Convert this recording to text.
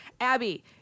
abby